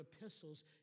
epistles